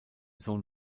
sohn